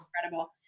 Incredible